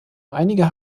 einige